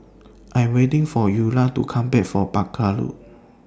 I Am waiting For Eula to Come Back from Barker Road